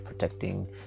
protecting